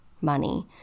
money